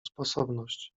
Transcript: sposobność